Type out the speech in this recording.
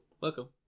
welcome